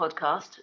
podcast